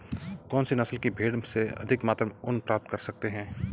कौनसी नस्ल की भेड़ से अधिक मात्रा में ऊन प्राप्त कर सकते हैं?